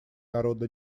народно